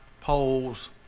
poles